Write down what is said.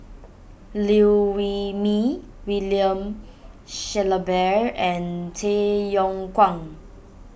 Liew Wee Mee William Shellabear and Tay Yong Kwang